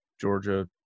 Georgia